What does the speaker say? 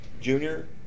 junior